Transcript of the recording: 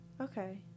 Okay